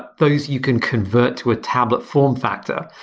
those you can convert to a tablet form factor.